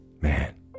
man